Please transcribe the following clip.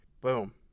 boom